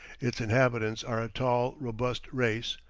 its inhabitants are a tall, robust race,